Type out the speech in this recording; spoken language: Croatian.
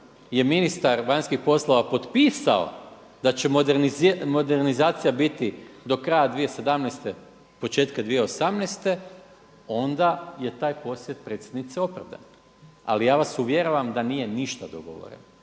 je ministar vanjskih poslova da će modernizacija biti do kraja 2017., početka 2018., onda je taj posjet predsjednice opravdan. Ali ja vas uvjeravam da nije ništa dogovoreno,